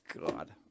God